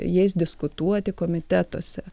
jais diskutuoti komitetuose